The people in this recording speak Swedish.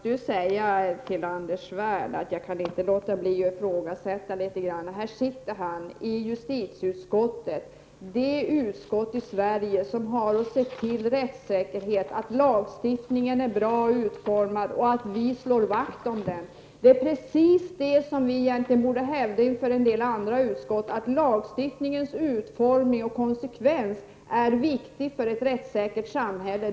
Herr talman! Jag måste säga till Anders Svärd att jag inte kan låta bli att ifrågasätta förhållandena. Anders Svärd sitter ju i justitieutskottet, det utskott i Sveriges riksdag som har att se till att rättssäkerheten fungerar och att lagstiftningen är rätt utformad och att vi slår vakt om den. Inför andra utskott borde vi egentligen hävda att lagstiftningens utformning och konsekvenser är viktiga för ett rättssäkert samhälle.